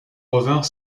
revinrent